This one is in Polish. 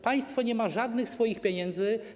Państwo nie ma żadnych swoich pieniędzy.